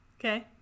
Okay